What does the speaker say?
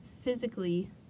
physically